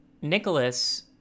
Nicholas